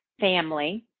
family